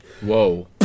Whoa